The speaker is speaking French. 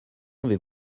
avez